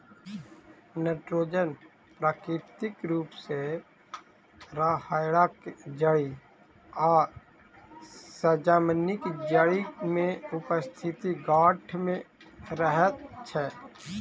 nitrogen प्राकृतिक रूप सॅ राहैड़क जड़ि आ सजमनिक जड़ि मे उपस्थित गाँठ मे रहैत छै